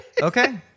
okay